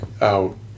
out